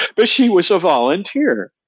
but she was a volunteer.